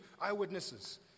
eyewitnesses